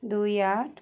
দুই আট